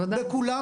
בכולם לא.